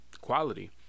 quality